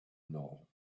know